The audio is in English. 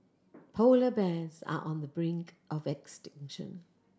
polar bears are on the brink of extinction